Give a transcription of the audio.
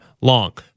long